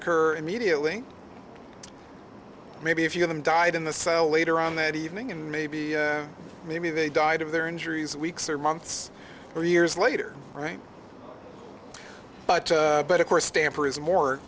occur immediately maybe a few of them died in the cell later on that evening and maybe maybe they died of their injuries weeks or months or years later right but but of course stamper is more